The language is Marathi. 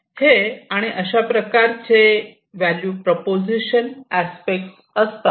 हे आणि अशा प्रकारचे व्हॅल्यू प्रोपोझिशन अस्पेक्ट असतात